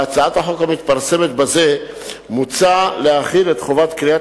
בהצעת החוק המתפרסמת בזה מוצע להחיל את חובת קריאת